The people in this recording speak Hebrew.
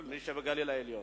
מהגליל העליון.